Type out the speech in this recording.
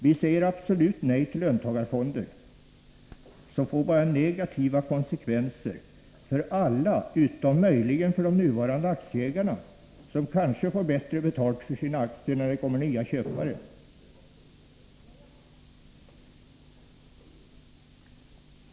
Vi säger absolut nej till löntagarfonder, som bara får negativa konsekvenser för alla utom möjligen för de nuvarande aktieägarna, som kanske får bättre betalt för sina aktier när det kommer nya köpare.